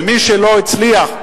ומי שלא הצליח,